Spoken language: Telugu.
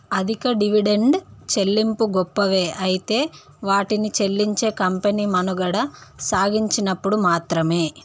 అధిక డివిడెండ్ చెల్లింపులు గొప్పవే అయితే వాటిని చెల్లించే కంపెనీ మనుగడ సాగించినప్పుడు మాత్రమే